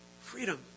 freedom